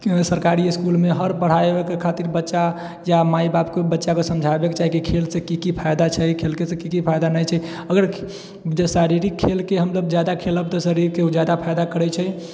सरकारी इसकुलमे हर पढ़ाइ खातिर बच्चा या माए बाप कोइ बच्चाके समझावैके चाही कि खेल से की की फायदा छै खेल से की की फायदा नहि छै अगर जे शारीरिक खेलके हमलोग जादा खेलब तऽ शरीरके ओ जादा फायदा करैत छै